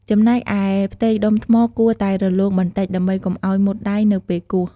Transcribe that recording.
ចំណែកឯផ្ទៃដុំថ្មគួរតែរលោងបន្តិច ដើម្បីកុំឱ្យមុតដៃនៅពេលគោះ។